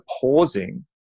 pausing